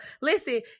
Listen